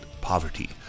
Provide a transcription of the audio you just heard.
poverty